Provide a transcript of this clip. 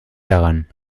daran